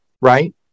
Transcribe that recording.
right